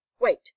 Wait